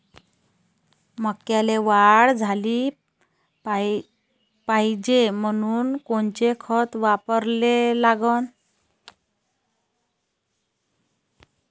मक्याले वाढ झाली पाहिजे म्हनून कोनचे खतं वापराले लागन?